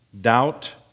Doubt